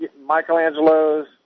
Michelangelo's